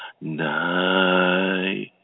Night